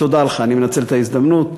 ותודה לך, אני מנצל את ההזדמנות.